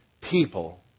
people